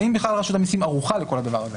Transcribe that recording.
והוא האם רשות המסים בכלל ערוכה לכל הדבר הזה.